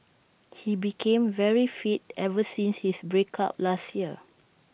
he became very fit ever since his break up last year